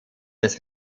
des